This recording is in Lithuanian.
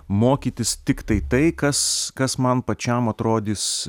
mokytis tiktai tai kas kas man pačiam atrodys